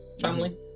Family